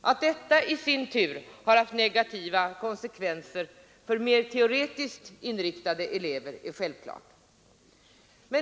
Att detta i sin tur haft negativa konsekvenser för mer teoretiskt inriktade elever är självklart.